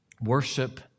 Worship